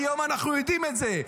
היום אנחנו יודעים את זה.